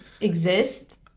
Exist